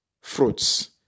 fruits